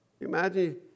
imagine